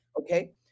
okay